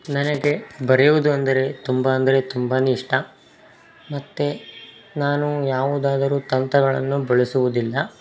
ನನಗೆ ಬರೆಯುವುದು ಅಂದರೆ ತುಂಬ ಅಂದರೆ ತುಂಬಾ ಇಷ್ಟ ಮತ್ತು ನಾನು ಯಾವುದಾದರೂ ತಂತ್ರಗಳನ್ನು ಬಳಸುವುದಿಲ್ಲ